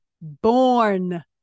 born